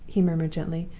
he murmured, gently,